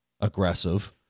aggressive